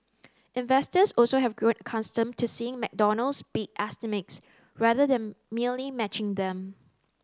investors also have grown accustomed to seeing McDonald's beat estimates rather than merely matching them